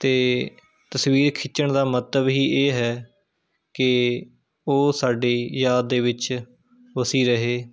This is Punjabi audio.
ਅਤੇ ਤਸਵੀਰ ਖਿੱਚਣ ਦਾ ਮੰਤਵ ਹੀ ਇਹ ਹੈ ਕਿ ਉਹ ਸਾਡੀ ਯਾਦ ਦੇ ਵਿੱਚ ਵਸੀ ਰਹੇ